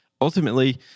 ultimately